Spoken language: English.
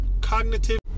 cognitive